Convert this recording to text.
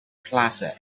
plaza